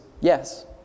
yes